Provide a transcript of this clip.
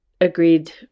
agreed